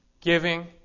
giving